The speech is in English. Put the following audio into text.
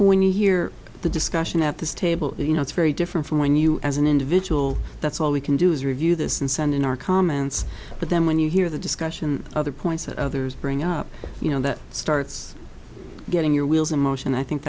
when you hear the discussion at this table you know it's very different from when you as an individual that's all we can do is review this and send in our comments but then when you hear the discussion other points that others bring up you know that starts getting your wheels in motion i think